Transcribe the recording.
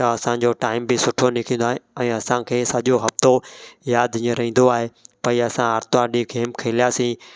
त असांजो टाईम बि सुठो निकरींदो आहे ऐं असांखे सॼो हफ़्तो यादि ईअं रहंदो आहे भई असां आर्तवार ॾींहुुं गेम खेलियासीं